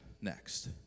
next